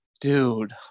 dude